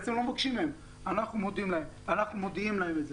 בעצם לא מבקשים מהם, אנחנו מודיעים להם את זה.